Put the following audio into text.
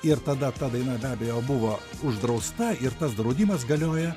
ir tada ta daina be abejo buvo uždrausta ir tas draudimas galioja